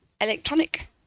electronic